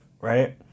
right